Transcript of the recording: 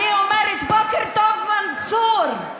אני אומרת, בוקר טוב, מנסור.